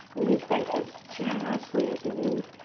knees bent as generously as you need,